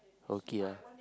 okay ah